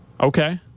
Okay